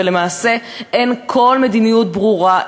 ולמעשה אין כל מדיניות ברורה,